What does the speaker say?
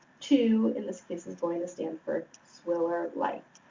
two in this case is going to stand for swiller lite.